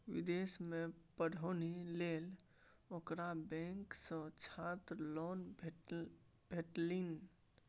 विदेशमे पढ़ौनी लेल ओकरा बैंक सँ छात्र लोन भेटलनि